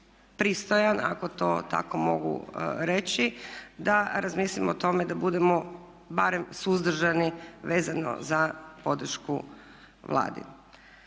pristojan, ako to tako mogu reći, da razmislimo o tome da budemo barem suzdržani vezano za podršku Vladi.